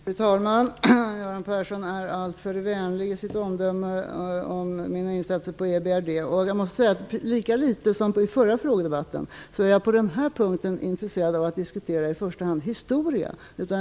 Fru talman! Göran Persson är alltför vänlig i sitt omdöme om mina insatser för EBRD. Jag måste säga att lika litet som i den förra frågedebatten är jag på den här punkten intresserad av att i första hand diskutera historia.